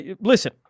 listen